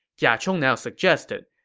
jia chong now suggested,